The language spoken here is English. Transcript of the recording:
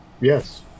yes